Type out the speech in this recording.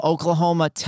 Oklahoma